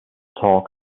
talk